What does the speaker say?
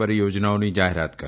પરિયોજનાઓની જાહેરાત કરી